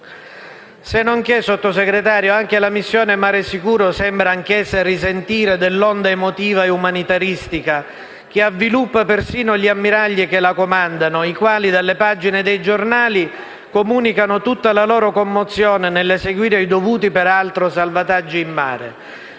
economici. Sennonché, anche la missione Mare sicuro sembra risentire dell'onda emotiva e umanitaristica che avviluppa persino gli ammiragli che la comandano, i quali dalle pagine dei giornali comunicano tutta la loro commozione nell'eseguire i dovuti, peraltro, salvataggi in mare.